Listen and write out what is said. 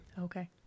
Okay